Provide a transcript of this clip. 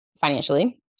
financially